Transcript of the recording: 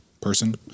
person